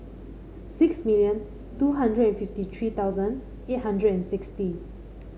six million two hundred and fifty three thousand eight hundred and sixty